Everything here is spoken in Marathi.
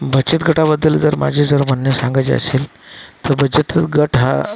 बचत गटाबद्दल जर माझे जर म्हणणे सांगायचे असेल तर बचत गट हा